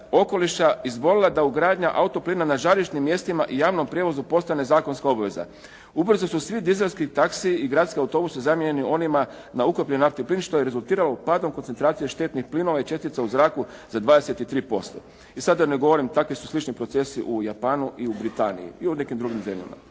okoliša izborila da ugradnja autoplina na žarišnim mjestima i javnom prijevozu postane zakonska obveza. Ubrzo su svi dieselski taxi i gradski autobusi zamijenjeni onima na ukapljenu naftu i plin što je rezultiralo padom koncentracije štetnih plinova i čestica u zraku za 23%. I sad da ne govorim, takvi su slični procesi u Japanu i u Britaniji, i u nekim drugim zemljama.